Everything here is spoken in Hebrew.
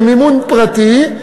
במימון פרטי,